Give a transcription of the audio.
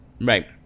Right